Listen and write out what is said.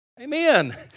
Amen